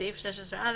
סעיף 16א,